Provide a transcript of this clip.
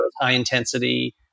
high-intensity